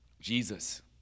Jesus